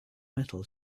metal